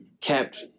kept